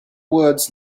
words